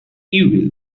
evil